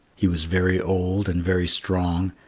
he was very old and very strong,